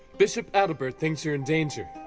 bishop adelbert thinks you're in danger.